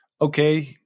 okay